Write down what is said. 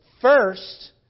first